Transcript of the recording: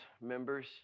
members